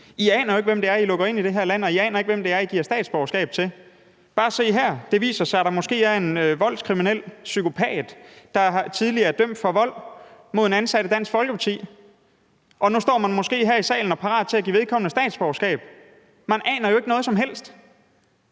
I aner jo ikke, hvem det er, I lukker ind i det her land, og I aner ikke, hvem det er, I giver statsborgerskab til. Man kan se, hvordan det viser sig, at der måske er en voldskriminel psykopat, der er tidligere dømt for vold mod en ansat i Dansk Folkeparti, og nu står man her i salen og er måske parat til at give vedkommende statsborgerskab. Man aner jo ikke noget som helst.